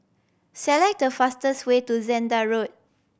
select the fastest way to Zehnder Road